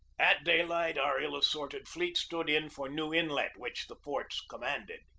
at daylight our ill-assorted fleet stood in for new inlet, which the forts commanded.